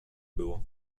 było